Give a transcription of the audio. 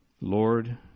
Lord